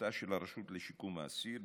בפעילותה של הרשות לשיקום האסיר,